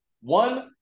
one